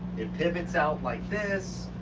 it pivots out like this,